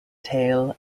tail